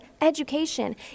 education